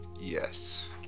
Yes